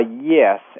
Yes